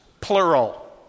plural